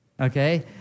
Okay